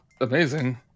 amazing